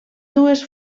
dues